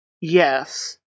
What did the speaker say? yes